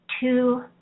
two